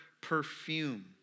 perfume